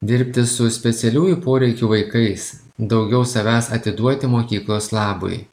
dirbti su specialiųjų poreikių vaikais daugiau savęs atiduoti mokyklos labui